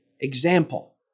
example